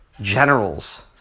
generals